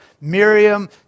Miriam